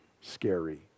scary